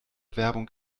werbung